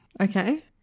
okay